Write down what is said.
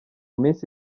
minsi